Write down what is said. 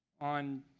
on